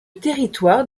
territoire